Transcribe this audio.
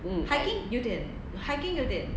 mm